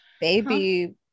baby